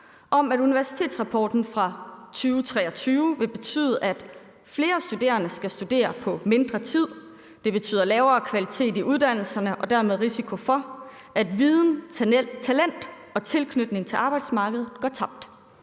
om, at universitetsreformen fra 2023 vil betyde, at »flere studerende skal studere mere på mindre tid. Det betyder lavere kvalitet i uddannelserne og dermed risiko for, at viden, talent og tilknytning til arbejdsmarkedet går tabt«?